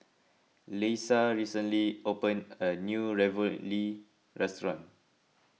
Leisa recently opened a new Ravioli restaurant